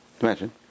Imagine